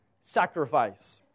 sacrifice